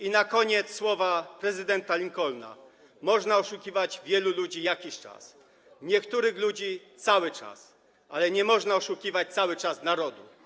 I na koniec słowa prezydenta Lincolna: Można oszukiwać wielu ludzi jakiś czas, niektórych ludzi cały czas, ale nie można oszukiwać cały czas narodu.